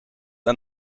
aan